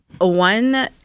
one